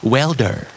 Welder